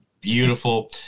beautiful